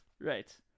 Right